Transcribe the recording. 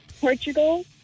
Portugal